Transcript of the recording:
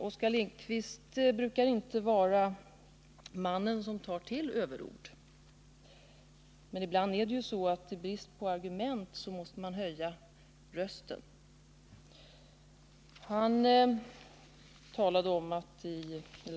Oskar Lindkvist brukar inte vara mannen som tar till överord, men ibland är det ju så att man i brist på argument måste höja rösten.